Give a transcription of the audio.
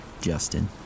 Justin